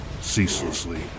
ceaselessly